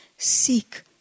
seek